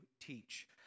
teach